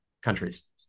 countries